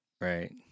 right